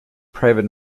private